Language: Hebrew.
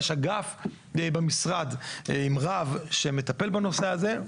יש אגף במשרד עם רב שמטפל בנושא הזה,